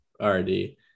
already